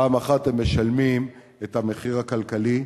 פעם אחת הם משלמים את המחיר הכלכלי.